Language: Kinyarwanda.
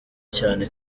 cyane